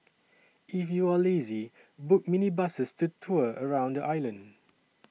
if you are lazy book minibuses to tour around the island